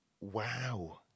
Wow